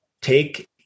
take